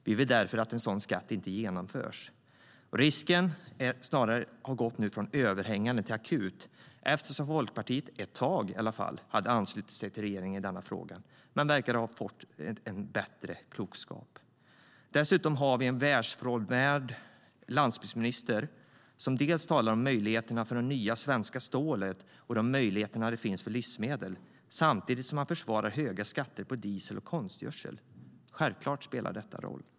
Vi vill därför att en sådan skatt inte genomförs. Risken har nu gått från överhängande till akut eftersom Folkpartiet i varje fall ett tag hade anslutit sig till regeringen i denna fråga men verkar har fått en bättre klokskap. Dessutom har vi en världsfrånvänd landsbygdsminister som talar om möjligheterna för det nya svenska stålet och möjligheterna som finns för livsmedel samtidigt som han försvarar höga skatter på diesel och konstgödsel. Självklart spelar det roll.